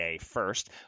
first